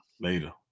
later